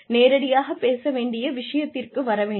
நேரடியாகப் பேச வேண்டிய விஷயத்திற்கு வர வேண்டும்